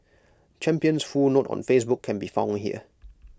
champion's full note on Facebook can be found here